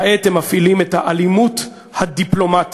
כעת הם מפעילים את האלימות הדיפלומטית.